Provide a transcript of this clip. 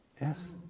yes